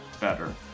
better